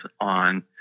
on